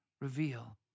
reveal